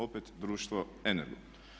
Opet društvo Energo.